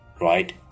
right